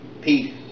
peace